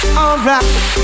alright